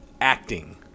acting